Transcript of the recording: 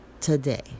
today